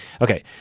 Okay